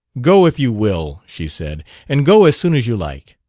go, if you will, she said. and go as soon as you like.